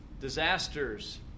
disasters